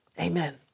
Amen